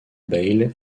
bayle